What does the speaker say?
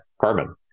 carbon